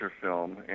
film